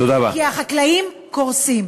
כי החקלאים קורסים.